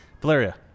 Valeria